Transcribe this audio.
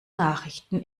nachrichten